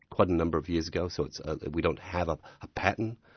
quite a number of years ago, so we don't have ah a pattern.